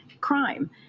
crime